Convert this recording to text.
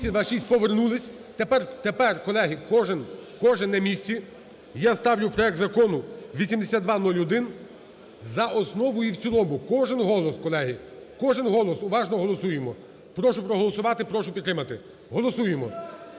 За-226 Повернулися. Тепер, колеги, кожен на місці. Я ставлю проект Закону 8201 за основу і в цілому. Кожен голос, колеги! Кожен голос! Уважно голосуємо. Прошу проголосувати, прошу підтримати. Голосуємо!